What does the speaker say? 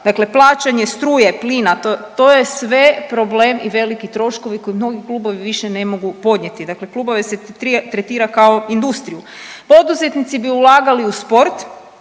dakle plaćanje struje, plina, to, to je sve problem i veliki troškovi koje mnogi klubovi više ne mogu podnijeti, dakle klubove se tretira kao industriju. Poduzetnici bi ulagali u sport,